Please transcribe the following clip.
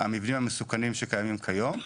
המבנים המסוכנים שקיימים כיום.